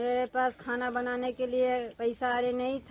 मेरे पास खाने बनाने के लिए पैसा नहीं था